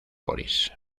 boris